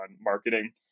marketing